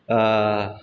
ओह